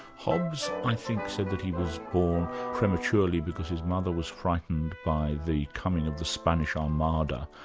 hobbes, i think, said that he was born prematurely because his mother was frightened by the coming of the spanish armada.